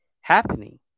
happening